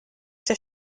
der